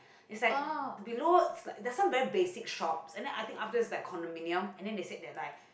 is like below the some very basic shops and then I think after is like condominium and then they said there like